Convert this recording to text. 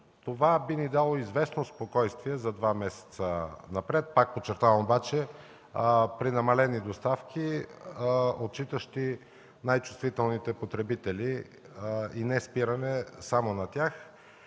това би ни дало известно спокойствие за два месеца напред. Пак подчертавам обаче – при намалени доставки, отчитащи най-чувствителните потребители, да не се спираме само на тях,